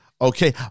okay